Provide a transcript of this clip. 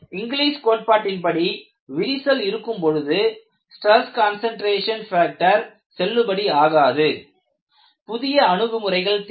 English கோட்பாட்டின்படி விரிசல் இருக்கும் பொழுது ஸ்டிரஸ் கன்சன்ட்ரேஷன் ஃபேக்டர் செல்லுபடி ஆகாது புதிய அணுகுமுறைகள் தேவை